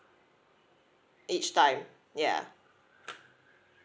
each time ya